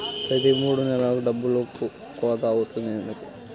ప్రతి మూడు నెలలకు డబ్బులు కోత అవుతుంది ఎందుకు?